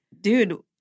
Dude